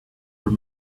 were